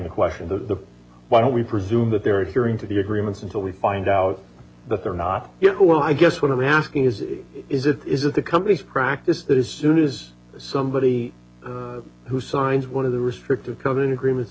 the question the why don't we presume that there is a hearing to the agreements until we find out that they're not yet well i guess what i'm asking is is it is it the company's practice that is soon is somebody who signs one of the restrictive come in agreement